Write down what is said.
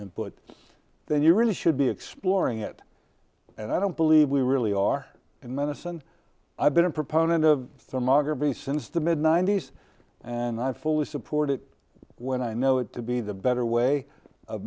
input then you really should be exploring it and i don't believe we really are in medicine i've been a proponent of thermography since the mid ninety's and i fully support it when i know it to be the better way of